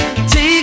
Take